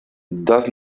das